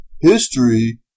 History